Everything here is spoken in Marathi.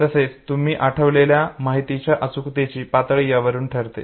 तसेच तुम्ही आठवलेल्या माहितीच्या अचूकतेची पातळी यावरून ठरते